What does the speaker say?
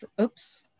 oops